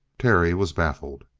terry was baffled.